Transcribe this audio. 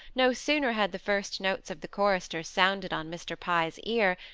no sooner had the first notes of the chorister sounded on mr. pye's ear,